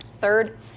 Third